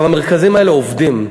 המרכזים האלה עובדים.